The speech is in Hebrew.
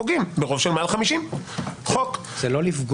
פוגעים ברוב של מעל 50. זה לא לפגוע.